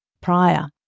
prior